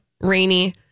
rainy